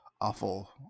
awful